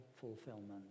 fulfillment